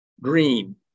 green